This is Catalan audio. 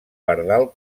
pardal